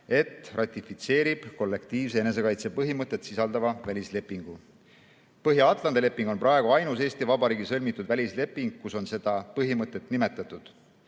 et ratifitseerib kollektiivse enesekaitse põhimõtet sisaldava välislepingu. Põhja-Atlandi leping on praegu ainus Eesti Vabariigi sõlmitud välisleping, kus on seda põhimõtet nimetatud.